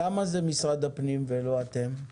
למה זה במשרד הפנים ולא בסמכות שלכם?